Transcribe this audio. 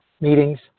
meetings